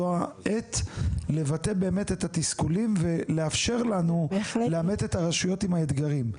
זו העת לבטא באמת את התסכולים ולאפשר לנו לעמת את הרשויות עם האתגרים.